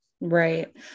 Right